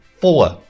Four